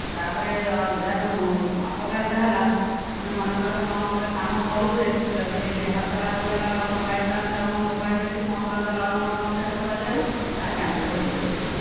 ତାପରେ ଏହାର ଅପକାରିତା ହେଲା ଆମେ ମନେକର କ'ଣ ଗୋଟିଏ କାମ କରୁଛେ ଯଦି ହାତ ବାଜିଗଲା ବାଇଚାନ୍ସ ଆମ ମୋବାଇଲ ରେ କି କମ୍ପୁଟର ଦ୍ୱାରା ଅନ୍ୟ କେଉଁଠି ହାତ ବାଜିଗଲା ତାହା କ୍ୟାନସଲ୍ ହୋଇଯାଉଛି